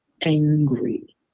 angry